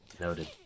Noted